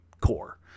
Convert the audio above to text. core